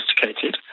sophisticated